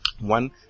one